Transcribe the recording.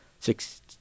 six